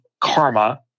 karma